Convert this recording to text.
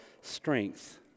strength